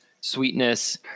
sweetness